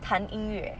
弹音乐